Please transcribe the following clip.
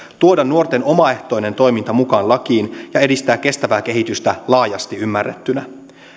tuoda nuorten omaehtoinen toiminta mukaan lakiin ja edistää kestävää kehitystä laajasti ymmärrettynä